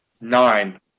nine